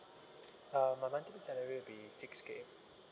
uh my monthly salary will be six K